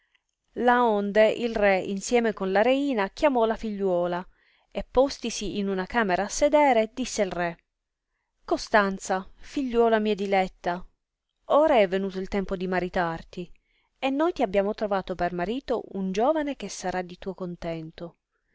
vivien laonde il re insieme con la reina chiamò la figliuola e postisi in una camera a sedere disse il re costanza figliuola mia diletta ora è venuto il tempo di maritarti e noi ti abbiamo trovato per marito un giovane che sarà di tuo contento